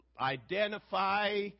identify